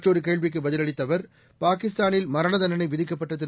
மற்றொருகேள்விக்குபதிலளித்தஅவர் பாகிஸ்தானில் மரணதண்டனைவிதிக்கப்பட்டதிரு